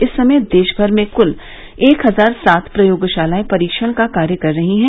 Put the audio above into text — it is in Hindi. इस समय देशभर में कुल एक हजार सात प्रयोगशालाएं परीक्षण का कार्य कर रही हैं